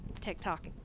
TikTok